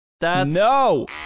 No